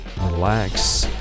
relax